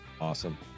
Awesome